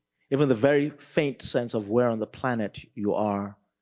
even the very faint sense of where on the planet you are.